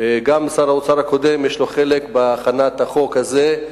גם שר האוצר הקודם יש לו חלק בהכנת החוק הזה,